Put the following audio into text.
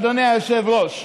אדוני היושב-ראש.